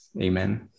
Amen